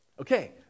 Okay